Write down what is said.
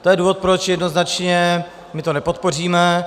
To je důvod, proč jednoznačně my to nepodpoříme.